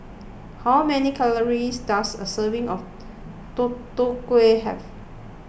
how many calories does a serving of Tutu Kueh have